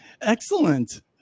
excellent